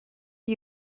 are